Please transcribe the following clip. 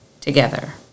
together